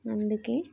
అందుకే